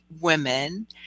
women